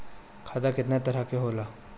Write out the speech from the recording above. खाता केतना तरह के होला?